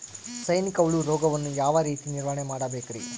ಸೈನಿಕ ಹುಳು ರೋಗವನ್ನು ಯಾವ ರೇತಿ ನಿರ್ವಹಣೆ ಮಾಡಬೇಕ್ರಿ?